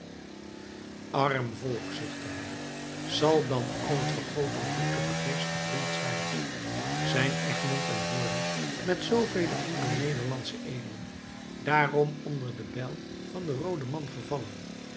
arm volk zuchtte hij zal dan al het vergoten bloed te vergeefs gevloeid zijn zijn egmond en hoorne met zoovele andere nederlandsche edelen dààrom onder de bijl van den rooden man gevallen